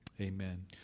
amen